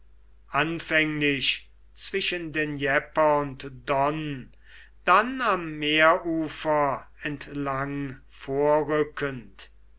anfänglich zwischen dnjepr und don dann am meerufer entlang vorrückend